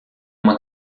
uma